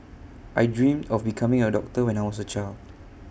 I dream of becoming A doctor when I was A child